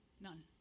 None